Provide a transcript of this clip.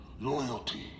loyalty